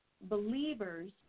believers